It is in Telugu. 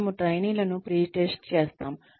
మనము ట్రైనీలను ప్రీటెస్ట్ చేస్తాము